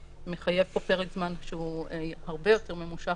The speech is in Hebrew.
שמחייב פה פרק זמן שהוא הרבה יותר ממושך,